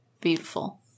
beautiful